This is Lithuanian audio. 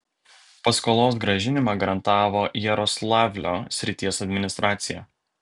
paskolos grąžinimą garantavo jaroslavlio srities administracija